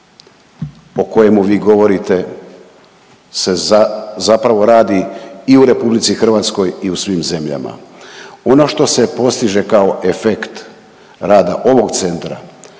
po kojemu vi govorite se zapravo radi i u RH i u svim zemljama. Ono što se postiže kao efekt rada ovog centra